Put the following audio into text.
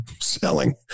selling